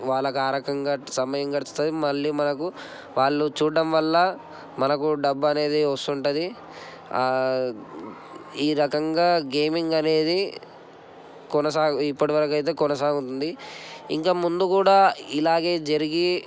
వాళ్లకు ఆ రకంగా సమయం గడుస్తుంది మళ్ళీ మనకు వాళ్ళు చూడడం వల్ల మనకు డబ్బు అనేది వస్తుంది ఈ రకంగా గేమింగ్ అనేది కొనసాగు ఇప్పటివరకు అయితే కొనసాగుతుంది ఇంకా ముందు కూడా ఇలాగే జరిగి